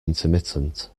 intermittent